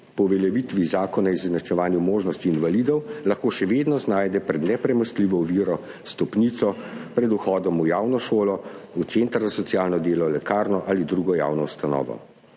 po uveljavitvi Zakona o izenačevanju možnosti invalidov lahko še vedno znajde pred nepremostljivo oviro, stopnico pred vhodom v javno šolo, v center za socialno delo, lekarno ali drugo javno ustanovo.